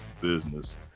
business